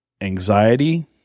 anxiety